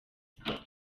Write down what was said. byagenze